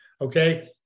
Okay